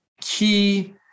key